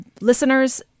listeners